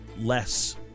less